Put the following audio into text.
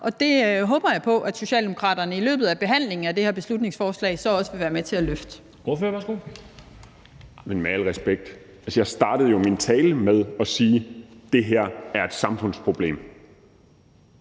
og det håber jeg på at Socialdemokraterne i løbet af behandlingen af det her beslutningsforslag så også vil være med til at løfte.